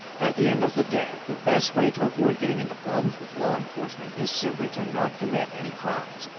at the end of the day, the best way to avoid getting into problems with law enforcement is simply to not commit any crimes.